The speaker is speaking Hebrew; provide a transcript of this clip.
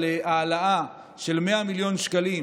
על העלאה של 100 מיליון שקלים